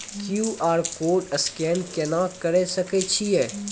QR code scan केना करै सकय छियै?